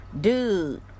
dude